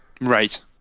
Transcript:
Right